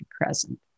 present